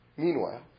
Meanwhile